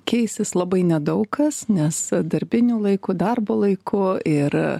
keisis labai nedaug kas nes darbiniu laiku darbo laiku ir